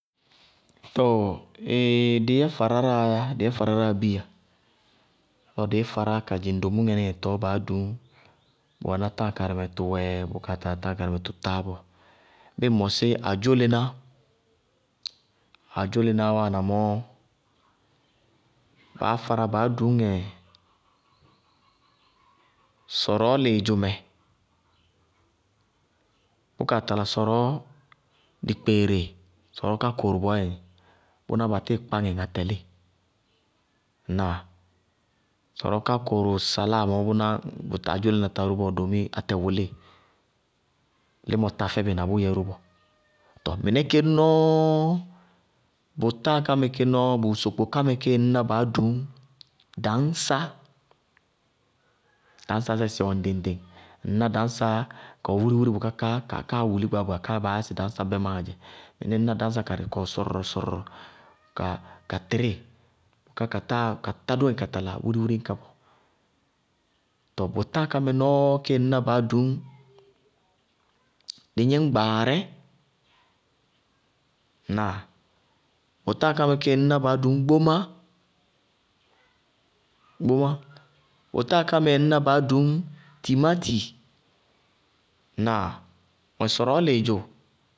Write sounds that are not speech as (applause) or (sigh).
Tooo (hesitation) dɩ yɛ fáráráa yá ka yɛ fáráráa bíya, lɔ dɩí fárá kadzɩŋ domúŋɛ nɩ́ŋɛ tɔɔ baá duñ, bʋwɛná táa karɩmɛ tʋwɛ, bʋ kaa tala táa karɩmɛ tʋ táá bɔɔ. Bíɩ ŋ mɔsí adzólená, adzólenáá wáana mɔɔ, baá fárá baá duñŋɛ sɔrɔɔ lɩɩdzʋ mɛ, bʋkaa tala sɔrɔɔ dikpeere sɔrɔɔ kákʋʋrʋ bɔɔyɛnɩ, bʋná ba tíɩ kpá ŋɛ ŋa tɛlíɩ. Ŋnáa? Sɔrɔɔ ká kʋʋrʋ saláa mɔɔ bʋná adzólená tá ró bɔɔ, doómi atɛ wʋlíɩ, límɔ tá fɛbɩ na bʋyɛ ró bɔɔ. Tɔɔ mɩnɛ ké nɔɔ, bʋ táa ká mɛ nɔɔ bɔɔsokpokámɛ ŋñná baá dʋñ dañsá. Dañsásɛ sɩ wɛ ŋɖɩŋ-ŋɖɩŋ. Ŋñná dañsá kawɛ wírí-wírí bʋká, káa wuli gbaagba, káá baá yá sɩ dañsá bɛmáaá dzɛ, mɩníɩ ŋñná dañsá karɩ ka wɛ sɔrɔrɔ-sɔrɔrɔ, ka tɩríɩ, bʋká ka tá dóŋɛ ka tala wírí-wírí ñka bɔɔ. Tɔɔ bʋ táa ká mɛ nɔɔ kéé ŋñ ná baá duñ dɩgníñgbaarɛ, bʋ táa kamɛ nɔɔ kéé ŋñ ná baá duñ gbémá, bʋ táa kamɛ kéé ŋñná baá dʋñ timáti. Ŋnáa? Mɔsɩ sɔrɔɔ lɩɩdzʋ